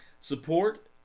support